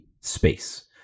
space